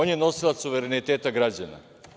On je nosilac suvereniteta građana.